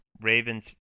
Ravens